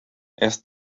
erst